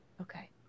Okay